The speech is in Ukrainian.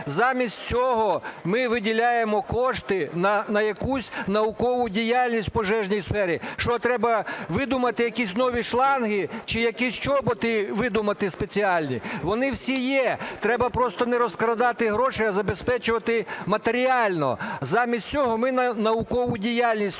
Замість цього ми виділяємо кошти на якусь наукову діяльність у пожежній сфері. Що, треба видумати якісь нові шланги? Чи якісь чоботи видумати спеціальні? Вони всі є. Треба просто не розкрадати гроші, а забезпечувати матеріально. Замість цього ми наукову діяльність у